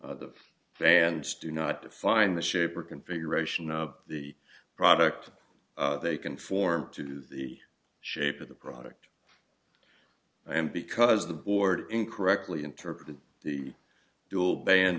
the bands do not define the shape or configuration of the product they conform to the shape of the product and because the board in correctly interpreted the dual band